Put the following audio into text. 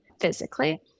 physically